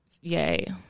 yay